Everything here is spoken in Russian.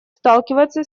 сталкивается